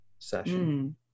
session